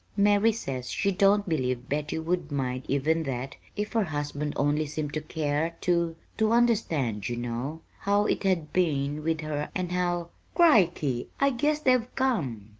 mary says she don't believe betty would mind even that, if her husband only seemed to care to to understand, you know, how it had been with her and how crickey! i guess they've come,